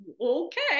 okay